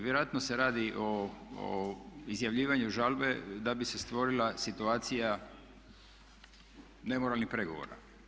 Vjerojatno se radi o izjavljivanju žalbe da bi se stvorila situacija nemoralnih pregovora.